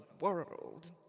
world